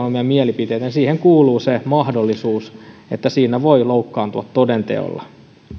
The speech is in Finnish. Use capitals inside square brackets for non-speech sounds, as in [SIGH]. [UNINTELLIGIBLE] omia mielipiteitä niin siihen kuuluu se mahdollisuus että siinä voi loukkaantua toden teolla